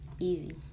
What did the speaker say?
Easy